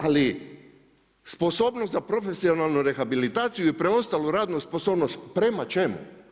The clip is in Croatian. Ali, sposobnost za profesionalnu rehabilitaciju i preostalu radnu sposobnost prema čemu?